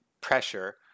pressure